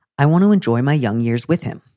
i want to enjoy my young years with him.